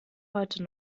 heute